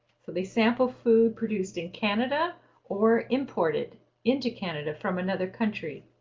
so they sample food produced in canada or imported into canada from another country.